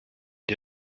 die